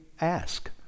ask